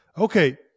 okay